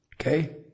Okay